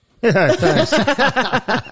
thanks